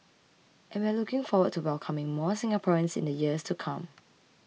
and we're looking forward to welcoming more Singaporeans in the years to come